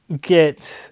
get